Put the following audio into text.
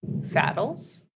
Saddles